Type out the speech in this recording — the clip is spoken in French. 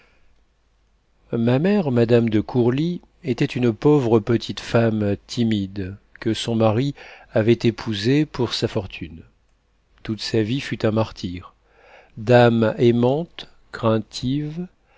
ma mère mme de courcils était une pauvre petite femme timide que son mari avait épousée pour sa fortune toute sa vie fut un martyre d'âme aimante craintive